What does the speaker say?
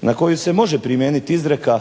na koju se može primijenit izreka